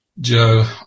Joe